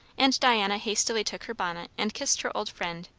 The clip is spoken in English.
and diana hastily took her bonnet and kissed her old friend,